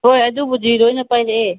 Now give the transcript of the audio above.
ꯍꯣꯏ ꯑꯗꯨꯕꯨꯗꯤ ꯂꯣꯏꯅ ꯄꯥꯏꯔꯛꯑꯦ